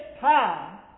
time